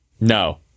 No